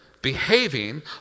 Behaving